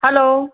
hello